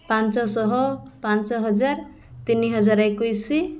ପାଞ୍ଚଶହ ପାଞ୍ଚ ହଜାର ତିନିହଜାର ଏକୋଇଶ